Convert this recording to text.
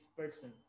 person